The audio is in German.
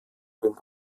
den